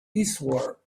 eastward